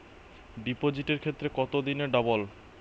ডিপোজিটের ক্ষেত্রে কত দিনে ডবল?